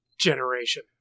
generation